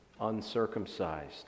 uncircumcised